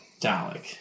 dalek